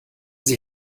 sie